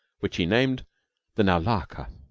which he named the naulahka.